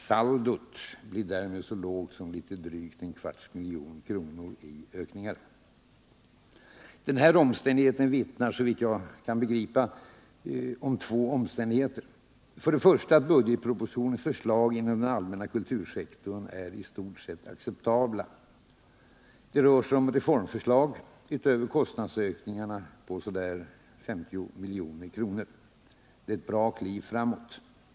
Saldot blir därmed så lågt som litet drygt en kvarts miljon kronor i ökningar. Detta vittnar, såvitt jag förstår, om två omständigheter. För det första vittnar det om att budgetpropositionens förslag inom den allmänna kultursektorn är i stort sett acceptabla. Det rör sig om reformförslag, utöver kostnadsökningarna, på så där 50 milj.kr. Det är ett bra kliv framåt.